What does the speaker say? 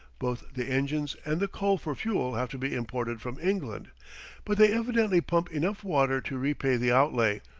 both the engines and the coal for fuel have to be imported from england but they evidently pump enough water to repay the outlay,